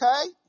Okay